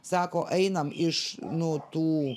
sako einam iš nu tų